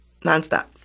nonstop